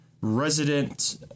resident